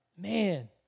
man